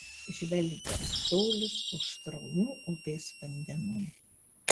žvelgia į tolius už sraunių upės vandenų